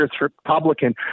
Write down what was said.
Republican